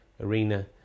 Arena